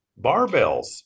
barbells